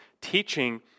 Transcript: teaching